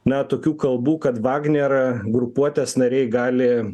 na tokių kalbų kad vagner grupuotės nariai gali